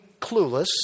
clueless